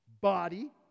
body